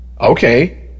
Okay